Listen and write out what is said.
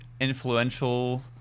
influential